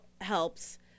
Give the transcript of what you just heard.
helps